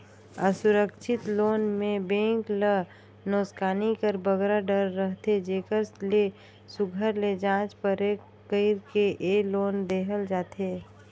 असुरक्छित लोन में बेंक ल नोसकानी कर बगरा डर रहथे जेकर ले सुग्घर ले जाँच परेख कइर के ए लोन देहल जाथे